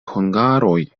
hungaroj